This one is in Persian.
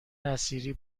نصیری